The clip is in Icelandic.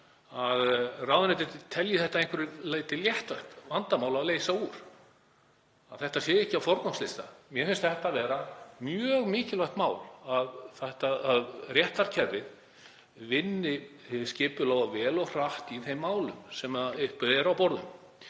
að ráðuneytið telji þetta að einhverju leyti léttvægt vandamál að leysa úr, að þetta sé ekki á forgangslista. Mér finnst það vera mjög mikilvægt mál að réttarkerfið vinni skipulega og vel og hratt í þeim málum sem eru uppi á borðum.